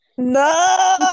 no